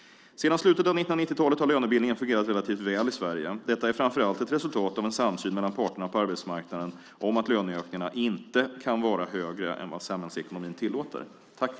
Sedan slutet av 1990-talet har lönebildningen fungerat relativt väl i Sverige. Detta är framför allt ett resultat av en samsyn mellan parterna på arbetsmarknaden om att löneökningarna inte kan vara högre än vad samhällsekonomin tillåter.